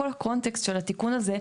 כל הקונטקסט של הסיפור הזה,